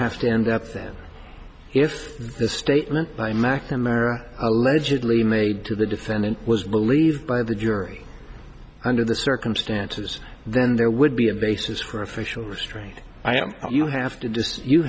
have to end up then if the statement by mcnamara allegedly made to the defendant was believed by the jury under the circumstances then there would be a basis for official restraint i am you have to